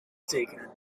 tekenen